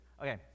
Okay